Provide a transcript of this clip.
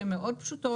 שהן מאוד פשוטות,